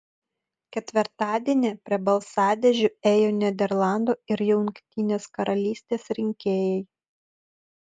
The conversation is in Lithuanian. ketvirtadienį prie balsadėžių ėjo nyderlandų ir jungtinės karalystės rinkėjai